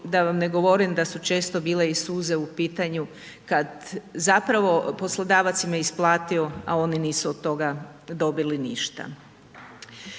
da vam ne govorim da su često bile i suze u pitanju kada zapravo poslodavac im je isplatio, a oni nisu od toga dobili ništa.